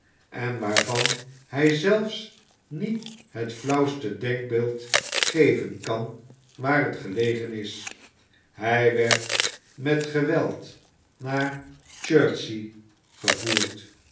en waarvan hij zelfs niet het flauwste denkbeeld geven kan waar het gelegen is hij werd met geweld naar